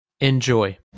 Enjoy